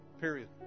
period